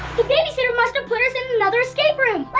the babysitter must've put us in another escape room!